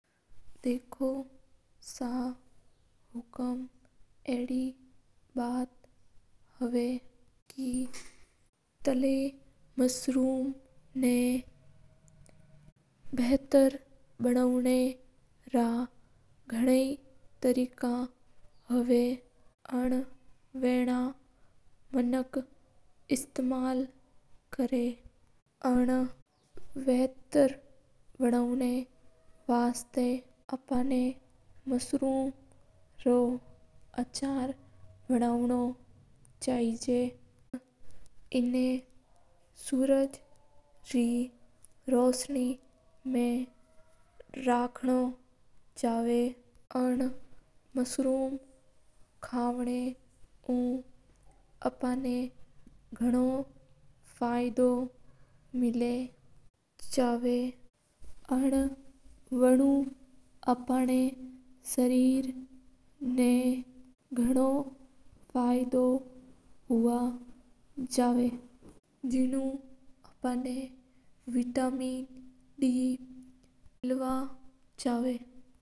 देखो सा हुकूम आप मसरूम ना अच्छा बनावन वास्ते गणी तारीख हवा हा। आना आप सबव पहला काय करा का मसरूम रो अचार डाला और बिन आप सूरज रे रोस्सी मा राखा हा। आना मसरूम काव नाव गाणो फाइदो हवा ह वानु अपण सरीर तागत वर बना और अनु अपन सरीर ना विटामिन मिला हा।